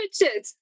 Richard